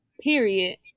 period